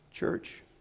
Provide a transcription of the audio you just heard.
Church